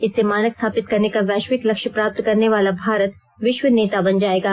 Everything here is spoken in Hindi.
इससे मानक स्थापित करने का वैश्विक लक्ष्य प्राप्त करने वाला भारत विश्व नेता बन जाएगा